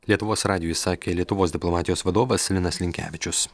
lietuvos radijui sakė lietuvos diplomatijos vadovas linas linkevičius